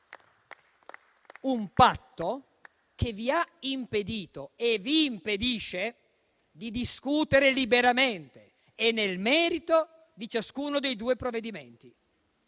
un patto che vi ha impedito e vi impedisce di discutere liberamente e nel merito di ciascuno dei due provvedimenti.